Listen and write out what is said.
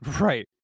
Right